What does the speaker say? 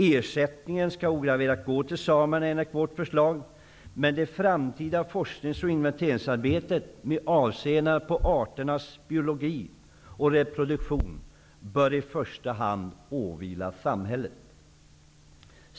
Ersättningen skall enligt vårt förslag ograverat gå till samerna, men det framtida forsknings och inventeringsarbetet med avseende på arternas biologi och reproduktion bör i första hand åvila samhället.